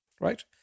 Right